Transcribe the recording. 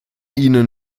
ihnen